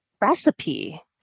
recipe